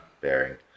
bearing